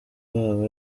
wabo